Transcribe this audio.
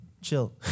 chill